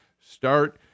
start